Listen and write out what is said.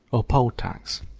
or poll-tax.